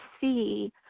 see